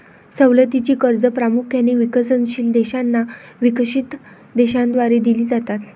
सवलतीची कर्जे प्रामुख्याने विकसनशील देशांना विकसित देशांद्वारे दिली जातात